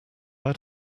add